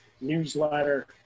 newsletter